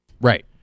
Right